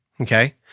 Okay